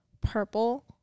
purple